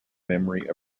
memory